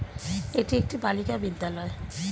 এটি একটি বালিকা বিদ্যালয়